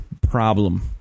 problem